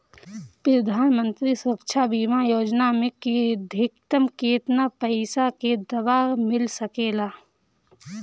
प्रधानमंत्री सुरक्षा बीमा योजना मे अधिक्तम केतना पइसा के दवा मिल सके ला?